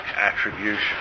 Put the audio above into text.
attribution